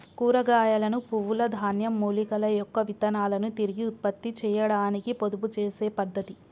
కూరగాయలను, పువ్వుల, ధాన్యం, మూలికల యొక్క విత్తనాలను తిరిగి ఉత్పత్తి చేయాడానికి పొదుపు చేసే పద్ధతి